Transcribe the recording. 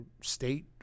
state